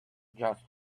just